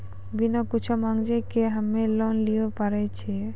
बिना कुछो मॉर्गेज के हम्मय लोन लिये पारे छियै?